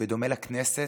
בדומה לכנסת,